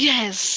Yes